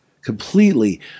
completely